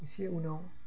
एसे उनाव